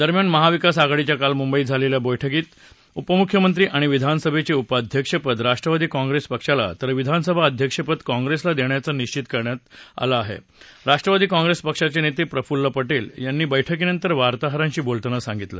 दरम्यान महाविकास आघाडीच्या काल मुंबईत झालेल्या बैठकीत उपमुख्यमंत्री आणि विधानसभेचे उपाध्यक्षपद राष्ट्रवादी काँग्रेस पक्षाला तर विधानसभा अध्यक्षपद काँप्रेसला देण्याचं निश्वित झाल्याचं राष्ट्रवादी काँप्रेस पक्षाचे नेते प्रफुल्ल पटेल यांनी बैठकीनंतर वार्ताहरांशी बोलतांना सांगितलं